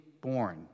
born